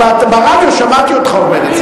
ברדיו שמעתי אותך אומר את זה.